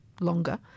longer